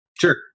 Sure